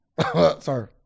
Sorry